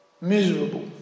Miserable